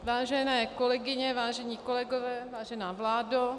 Vážené kolegyně, vážení kolegové, vážená vládo